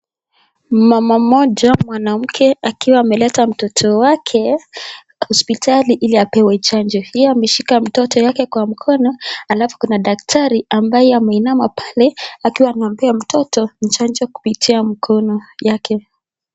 Mama mmoja mwanamke akiwa ameleta mtoto wake hospitali ili apewe chanjo, ameshika mtoto wake kwa mkono alafu kuna daktari ameinama pale akiwa anapea mtoto chanjo kupitia mkono yake.